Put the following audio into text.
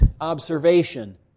observation